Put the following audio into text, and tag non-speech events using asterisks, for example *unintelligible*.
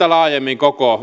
*unintelligible* laajemmin koko